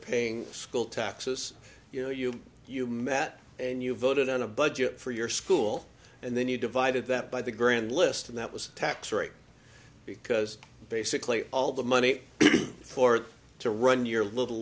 paying school taxes you know you you met and you voted on a budget for your school and then you divided that by the grand list and that was tax free because basically all the money for to run your li